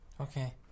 Okay